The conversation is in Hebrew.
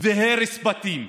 והרס בתים.